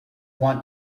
want